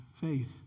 faith